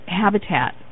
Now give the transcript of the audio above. habitat